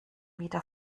wieder